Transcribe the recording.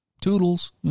toodles